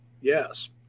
yes